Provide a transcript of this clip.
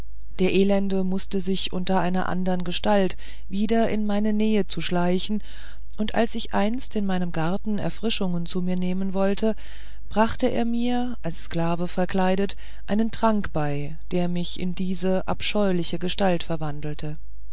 der elende wußte sich unter einer andern gestalt wieder in meine nähe zu schleichen und als ich einst in meinem garten erfrischungen zu mir nehmen wollte brachte er mir als sklave verkleidet einen trank bei der mich in diese abscheuliche gestalt verwandelte